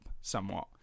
somewhat